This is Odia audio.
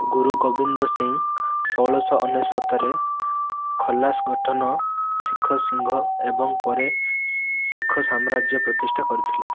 ଗୁରୁ ଗୋବିନ୍ଦ ସିଂ ଷୋଳଶହ ଅନେଶତରେ ଖାଲସା ଗଠନ ଶିଖ ସଂଘ ଏବଂ ପରେ ଶିଖ ସାମ୍ରାଜ୍ୟ ପ୍ରତିଷ୍ଠା କରିଥିଲେ